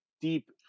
deep